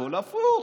הכול הפוך.